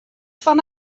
fan